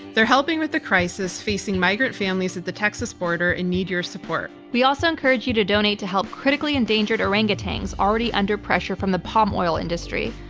they're helping with the crisis facing migrant families at the texas border and need your support. we also encourage you to donate to help critically endangered orangutans already under pressure from the palm oil industry.